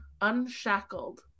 unshackled